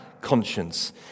conscience